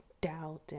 doubt